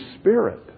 spirit